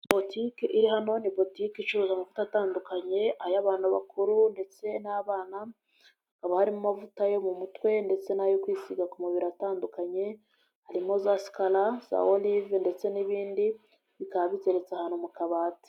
Politiki iri hano ni politike icuruza amavuta atandukanye, ay'abantu bakuru ndetse n'abana haba harimo amavuta yo mu mutwe ndetse n'ayo kwisiga ku mabiri atandukanye, harimo za scala zaolive ndetse n'ibindi bikaba bi biteretse ahantu mu kabati.